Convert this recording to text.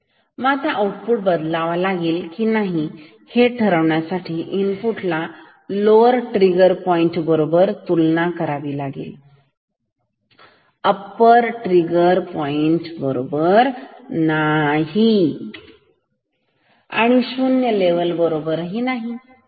मगआता output बदलावा लागेल की नाही हे ठरवण्यासाठी इनपुट ला लोवर ट्रिगर पॉईंट बरोबर तुलना करावी लागेल अप्पर ट्रिगर पॉइंट बरोबर नाही आणि शून्य लेवल बरोबर नाही ठीक